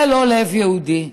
זה לא לב יהודי.